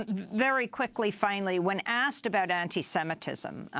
very quickly, finally, when asked about anti-semitism,